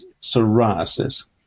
psoriasis